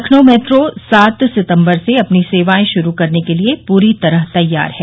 Lucknow metro सात सितंबर से अपनी सेवाएं शुरू करने के लिए पूरी तरह तैयार है